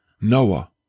Noah